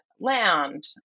land